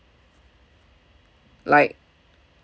like